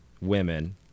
women